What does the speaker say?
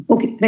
Okay